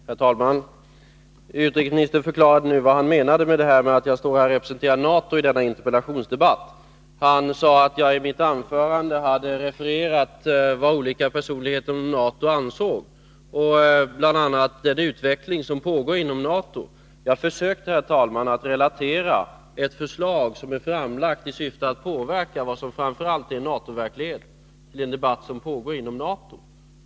Herr talman! Utrikesministern förklarade nu vad han menade med att jag representerar NATO i denna interpellationsdebatt. Han sade att jag i mitt anförande hade refererat vad olika personligheter inom NATO ansåg om bl.a. den utveckling som pågår inom NATO. Jag försökte, herr talman, att referera ett förslag som är framlagt i syfte att påverka vad som framför allt är NATO-verklighet i den debatt som pågår inom NATO.